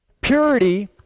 Purity